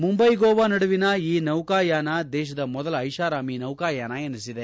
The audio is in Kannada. ಮುಂಬೈ ಗೋವಾ ನಡುವಿನ ಈ ನೌಕಾಯಾನ ದೇಶದ ಮೊದಲ ಐಶಾರಾಮಿ ನೌಕಾಯಾನ ಎನಿಸಿದೆ